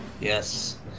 Yes